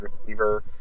receiver